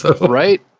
Right